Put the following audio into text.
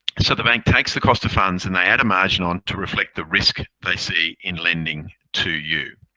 and so the bank takes the cost of funds and they add a margin on to reflect the risk they see in lending to you.